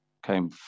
came